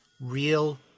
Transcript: real